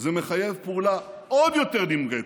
זה מחייב פעולה עוד יותר נמרצת,